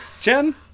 Jen